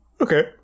Okay